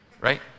Right